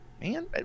man